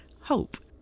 hope